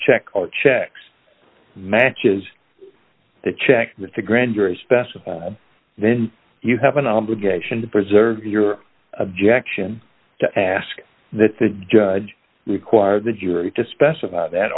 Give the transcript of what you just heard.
check or checks matches to check with the grand jury specify then you have an obligation to preserve your objection to ask that the judge require the jury to specify that